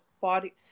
body